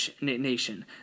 nation